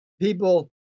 people